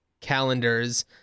calendars